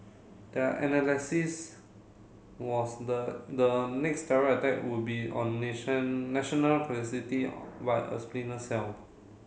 their analysis was the the next terror attack would be on national facility by a splinter cell